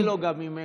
תמסרי לו גם ממני.